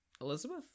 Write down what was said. Elizabeth